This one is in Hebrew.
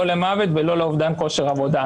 לא למוות ולא לאובדן כושר עבודה.